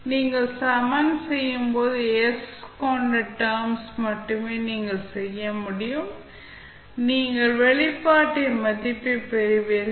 நீங்கள் சமன் செய்யும் போது s கொண்ட டெர்ம்ஸ் மட்டுமே நீங்கள் செய்ய முடியும் நீங்கள் வெளிப்பாட்டின் மதிப்பைப் பெறுவீர்கள்